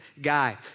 guy